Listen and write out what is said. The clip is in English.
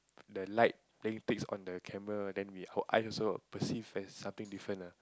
the light that you takes on the camera then we her eyes also perceive as something different ah